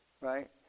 Right